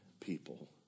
people